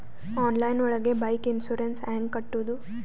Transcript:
Online ಒಳಗೆ bike insurance ಹ್ಯಾಂಗ್ ಕಟ್ಟುದು?